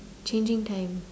changing time